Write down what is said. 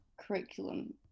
curriculum